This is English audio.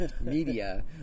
media